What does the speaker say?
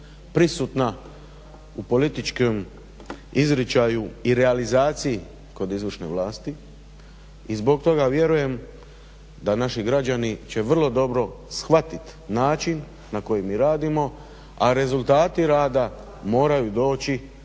prisutna u političkom izričaju i realizaciji kod izvršne vlasti. I zbog toga vjerujem da naši građani će vrlo dobro shvatiti način na koji mi radimo, a rezultati rada moraju doći